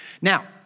Now